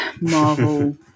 Marvel